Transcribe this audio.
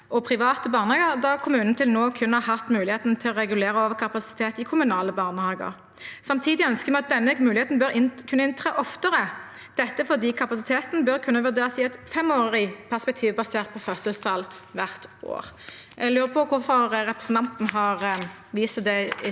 og private barnehager, da kommunene til nå kun har hatt muligheten til å regulere overkapasitet i kommunale barnehager. Samtidig ønsker vi at denne muligheten bør kunne inntre oftere, dette fordi kapasiteten bør kunne vurderes i et femårig perspektiv, basert på fødselstall hvert år. Jeg lurer på hvorfor representanten har vist til det